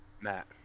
Matt